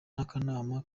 n’akanama